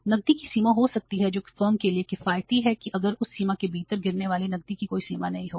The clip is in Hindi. नकदी की सीमा हो सकती है जो फर्म के लिए किफायती है कि अगर उस सीमा के भीतर गिरने वाली नकदी की कोई सीमा नहीं होगी